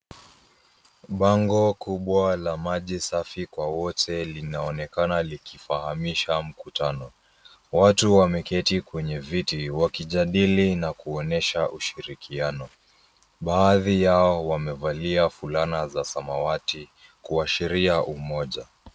Bango kubwa la maji safi kwa wote linaonekana likifahamisha mkutano, watu wameketi kwenye viti wakijadili na kuonyesha ushirikiano baadhi yao wamevalia fulana za samawati kuashiria umoja.